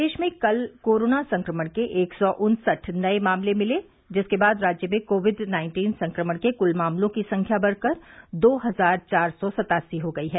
प्रदेश में कल कोरोना संक्रमण के एक सौ उन्सठ नए मामले मिले जिसके बाद राज्य में कोविड नाइन्टीन संक्रमण के कुल मामलों की संख्या बढ़कर दो हजार चार सौ सतासी हो गई है